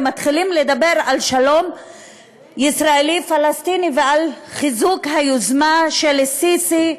ומתחילים לדבר על שלום ישראלי פלסטיני ועל חיזוק היוזמה של א-סיסי,